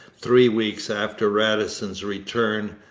three weeks after radisson's return,